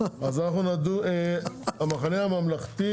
אז אנחנו נדון, המחנה הממלכתי